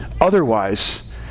Otherwise